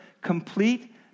complete